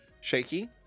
shaky